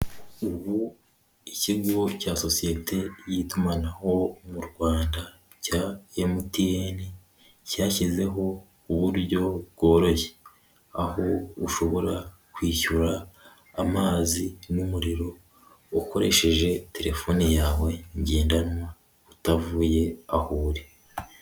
Ubu ikigo cya sosiyete y'itumanaho mu Rwanda cya MTN cyashyizeho uburyo bworoshye aho ushobora kwishyura amazi n'umuriro ukoresheje telefone yawe ngendanwa utavuye aho uri.